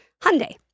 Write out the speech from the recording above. Hyundai